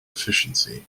efficiency